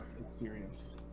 Experience